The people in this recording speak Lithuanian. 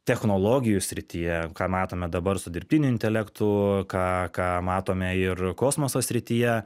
technologijų srityje ką matome dabar su dirbtiniu intelektu ką ką matome ir kosmoso srityje